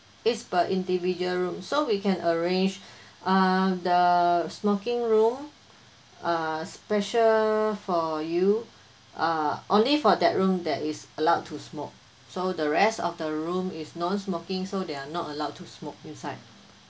it's per individual room so we can arrange uh the smoking room uh special for you are only for that room that is allowed to smoke so the rest of the room is non smoking so they are not allowed to smoke inside